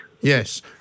Yes